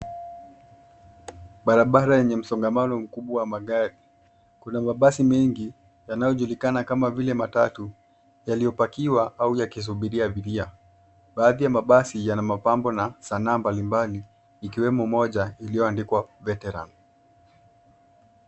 Barabara yenye msongamano mkubwa wa magari. Kuna mabasi mengi yanaojulikana kama vile matatu yaliyopakiwa au yakisubiria abiria. Baadhi ya mabasi yana mapambo na sanaa mbalimbali ikiwemo moja iliyoandikwa veteran.